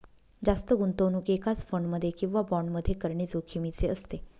जास्त गुंतवणूक एकाच फंड मध्ये किंवा बॉण्ड मध्ये करणे जोखिमीचे असते